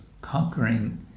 Conquering